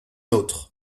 autre